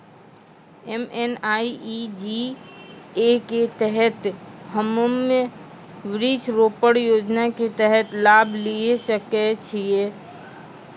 MNREGA के तहत हम्मय वृक्ष रोपण योजना के तहत लाभ लिये सकय छियै?